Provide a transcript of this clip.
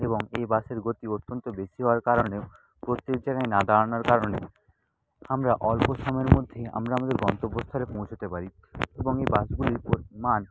এবং এই বাসের গতি অত্যন্ত বেশি হওয়ার কারণে ও প্রত্যেক জায়গায় না দাঁড়ানোর কারণে আমরা অল্প সময়ের মধ্যেই আমরা আমাদের গন্তব্যস্থলে পৌঁছোতে পারি এবং এই বাসগুলির মান